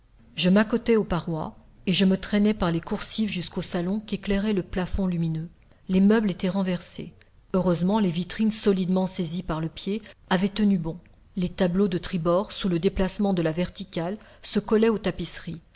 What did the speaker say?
je m'accotai aux parois et je me traînai par les coursives jusqu'au salon qu'éclairait le plafond lumineux les meubles étaient renversés heureusement les vitrines solidement saisies par le pied avaient tenu bon les tableaux de tribord sous le déplacement de la verticale se collaient aux tapisseries